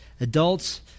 adults